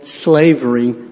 slavery